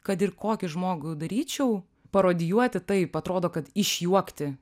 kad ir kokį žmogų daryčiau parodijuoti taip atrodo kad išjuokti